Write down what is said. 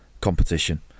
competition